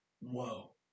whoa